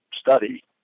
study